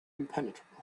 impenetrable